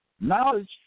Knowledge